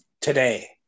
today